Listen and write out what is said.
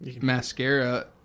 mascara